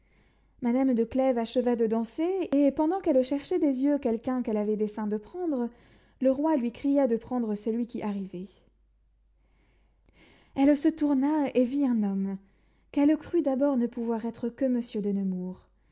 madame de clèves acheva de danser et pendant qu'elle cherchait des yeux quelqu'un qu'elle avait dessein de prendre le roi lui cria de prendre celui qui arrivait elle se tourna et vit un homme qu'elle crut d'abord ne pouvoir être que monsieur de nemours